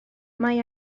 mae